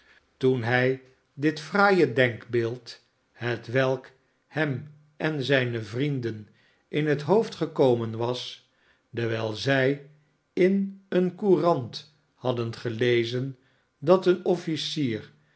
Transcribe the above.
toen hij dit fraaie denkbeeld hetwelk hem en zijne vrienden in het hoofd gekomen was dewijl zij in een courant hadden gelezen dat een officier